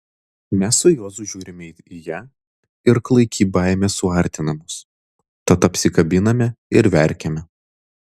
mes su juozu žiūrime į ją ir klaiki baimė suartina mus tada apsikabiname ir verkiame